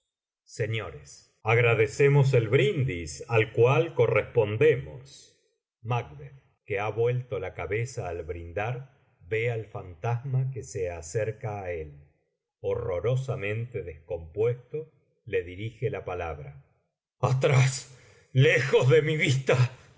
señores agradecemos el brindis al cual correspondemos macb quc lia vuelto la cabeza al brindar ve el fantasma que se acerca á él horrorosamente descompuesto le dirige la palabra j atrás lejos de mí vísta